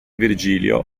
virgilio